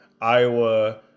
Iowa